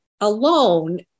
alone